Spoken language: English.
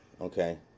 Okay